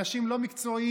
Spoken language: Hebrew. אנשים לא מקצועיים,